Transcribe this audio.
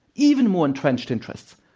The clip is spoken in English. even more entrenched interests.